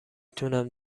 تونم